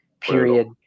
period